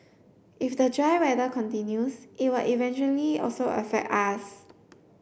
if the dry weather continues it will eventually also affect us